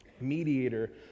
mediator